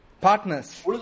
Partners